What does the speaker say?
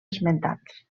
esmentats